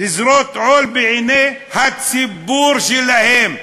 לזרות חול בעיני הציבור שלהם.